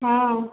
ହଁ